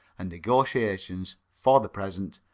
and negotiations, for the present,